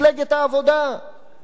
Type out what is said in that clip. הם כבר פוסט-ציונים.